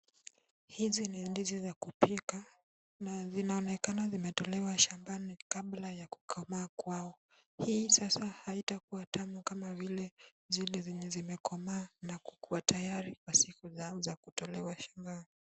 Hizi ni ndizi za kupika na zinaonekana zimetolewa shambani kabla ya kukomaa kwao. Hii sasa haitakuwa tamu kama vile zile zenye zimekomaa na kukuwa tayari kwa siku za kutolewa shambani.